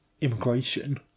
immigration